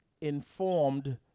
informed